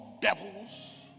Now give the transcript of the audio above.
devils